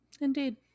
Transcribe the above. Indeed